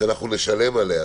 שנשלם עליה.